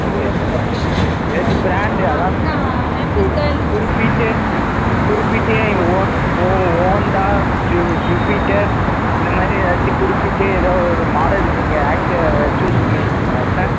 okay sir okay sir ஏதாச்சி brand அதுதான் கு குறிப்பிட்ட குறிப்பிட்டிய ஓ ஓ ஓண்டா ஜூ ஜூபிடர் இந்த மாதிரி ஏதாச்சி குறிப்பிட்ட ஏதோ ஒரு மாடல் நீங்கள் ஆக்டிவா ஏதா சூஸ் பண்ணியிருக்கீங்களா சார்